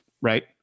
right